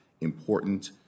important